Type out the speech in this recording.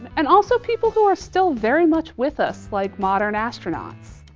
and also people who are still very much with us, like modern astronauts.